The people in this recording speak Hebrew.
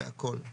והכול";